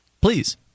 Please